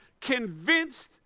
convinced